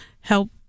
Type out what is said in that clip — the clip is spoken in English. help